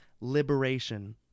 liberation